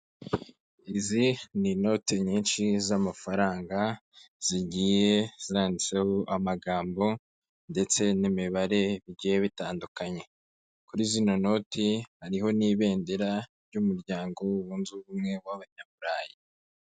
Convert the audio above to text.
Izi ni inoti nyinshi z'amafaranga zigiye zanditseho amagambo ndetse n'imibare bigiye bitandukanye, kuri zino noti hariho n'ibendera ry'umuryango wunze ubumwe w'abanyaburayi.